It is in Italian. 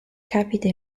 capita